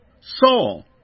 Saul